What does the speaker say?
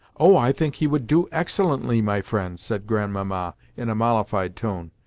oh, i think he would do excellently, my friend, said grandmamma in a mollified tone,